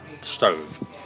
stove